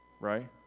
Right